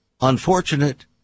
unfortunate